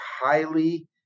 highly